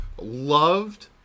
loved